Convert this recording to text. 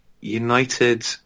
United